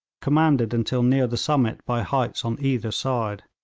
commanded until near the summit by heights on either side.